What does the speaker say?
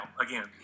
again